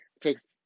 takes